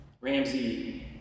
Ramsey